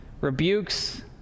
rebukes